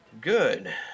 good